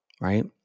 right